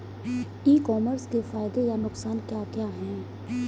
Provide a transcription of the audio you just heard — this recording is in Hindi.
ई कॉमर्स के फायदे या नुकसान क्या क्या हैं?